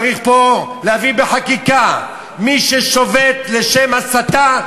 צריך פה להביא בחקיקה: מי ששובת לשם הסתה,